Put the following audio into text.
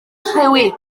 rhewi